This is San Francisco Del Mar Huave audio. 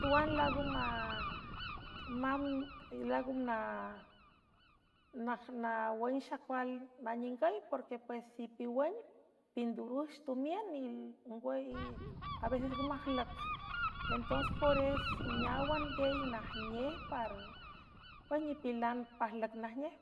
tuan amblaagam nawün xacual naningüy porque pues ipiwün pindurux tumiün nwy a veces nga majlüc entonse pores neáwan gey najnej pe nipilan pajlüc najnej.